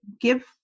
give